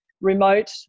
remote